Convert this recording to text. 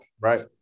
Right